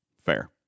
Fair